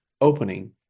opening